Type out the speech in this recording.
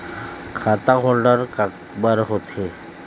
खाता होल्ड काबर होथे?